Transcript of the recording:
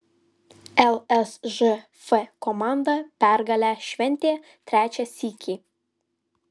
lsžf komanda pergalę šventė trečią sykį